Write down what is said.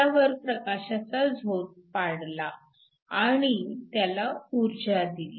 त्यावर प्रकाशाचा झोत पाडला आणि त्याला ऊर्जा दिली